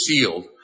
sealed